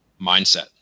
mindset